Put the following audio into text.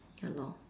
ya lor